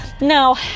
No